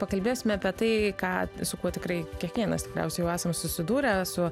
pakalbėsime apie tai ką su kuo tikrai kiekvienas tikriausiai jau esam susidūrę su